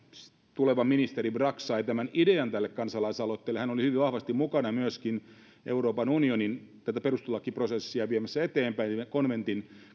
tuleva ministeri brax sai tämän idean tälle kansalaisaloitteelle hän oli hyvin vahvasti mukana myöskin euroopan unionin perustuslakiprosessia viemässä eteenpäin ja konventin